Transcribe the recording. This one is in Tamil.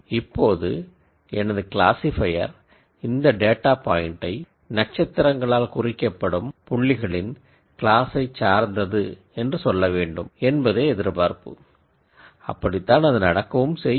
இப்போது எனது க்ளாசிஃபையர் இந்த டேட்டா பாயின்ட்டை நட்சத்திரங்களால் குறிக்கப்படும் புள்ளிகளின் கிளாஸ்சை சார்ந்தது என்று சொல்லவேண்டும் என்பதே எதிர்பார்ப்பு அப்படித்தான் அது நடக்கவும் செய்யும்